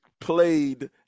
played